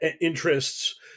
interests